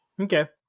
Okay